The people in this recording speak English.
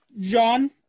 John